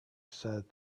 said